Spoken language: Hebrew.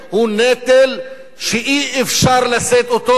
הוא נטל שאי-אפשר לשאת אותו,